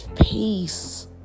peace